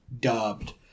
dubbed